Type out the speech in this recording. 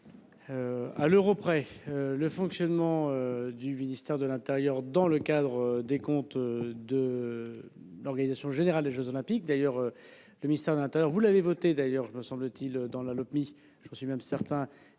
À l'euro près le fonctionnement du ministère de l'Intérieur dans le cadre des comptes de. L'organisation générale des Jeux olympiques d'ailleurs le ministère de l'Intérieur, vous l'avez voté d'ailleurs je me semble-t-il dans la Lopmi, j'en suis même certain.